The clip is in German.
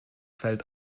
feld